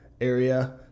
area